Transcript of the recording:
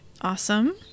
Awesome